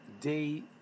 day